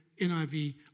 NIV